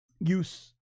use